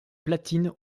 platine